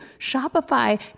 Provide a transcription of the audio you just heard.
Shopify